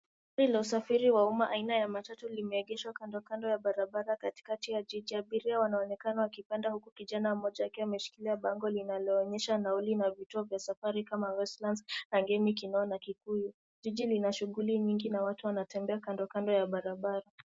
Gari la usafiri wa umma aina ya matatu limeegeshwa kando kando ya barabara katikati ya jiji. Abiria wanaonekana wakipanda huku kijana mmoja akiwa ameshikilia bango linaloonyesha nauli na vituo vya safari kama Westland, Kangemi, Kinoo na Kikuyu. Jiji Lina shughuli nyingi na watu wanatembea kando kando ya barabara.